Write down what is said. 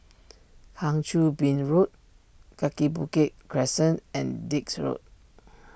Kang Choo Bin Road Kaki Bukit Crescent and Dix Road